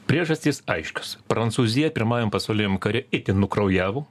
priežastys aiškios prancūzija pirmajam pasauliniam kare itin nukraujavo